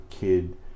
kid